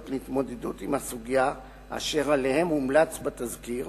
להתמודדות עם הסוגיה אשר עליהן הומלץ בתזכיר.